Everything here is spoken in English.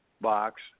box